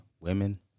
women